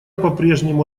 попрежнему